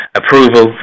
approval